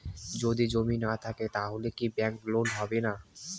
যদি জমি না থাকে তাহলে কি ব্যাংক লোন হবে না?